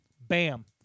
Bam